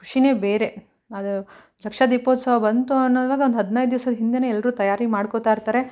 ಖುಷಿಯೇ ಬೇರೆ ಅದು ಲಕ್ಷ ದೀಪೋತ್ಸವ ಬಂತು ಅನ್ನೋವಾಗ ಒಂದು ಹದಿನೈದು ದಿವಸ ಹಿಂದೇನೆ ಎಲ್ಲರೂ ತಯಾರಿ ಮಾಡ್ಕೋತ ಇರ್ತಾರೆ